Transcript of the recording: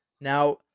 Now